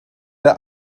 der